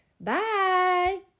Bye